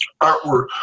artwork